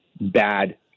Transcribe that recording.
bad